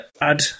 add